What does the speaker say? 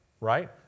Right